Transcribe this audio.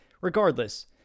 regardless